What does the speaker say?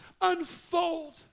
unfold